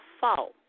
fault